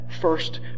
first